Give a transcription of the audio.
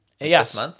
Yes